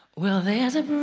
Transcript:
well, there isn't